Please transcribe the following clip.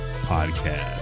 Podcast